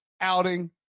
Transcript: outing